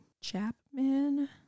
Chapman